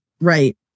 Right